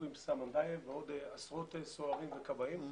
אורי סמנדייב ועוד עשרות צוערים וכבאים.